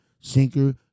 sinker